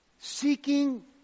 seeking